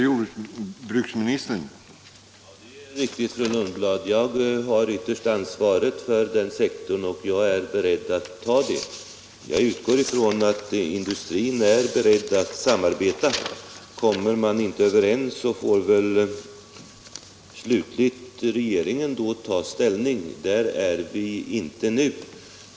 Herr talman! Det är riktigt, fru Lundblad, att jag har det yttersta ansvaret för den sektorn, och jag är beredd att ta det. Jag utgår ifrån att industrin är beredd att samarbeta. Kommer man inte överens får väl regeringen ta slutlig ställning. Där är vi inte nu.